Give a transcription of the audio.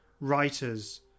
writers